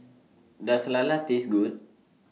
Does Lala Taste Good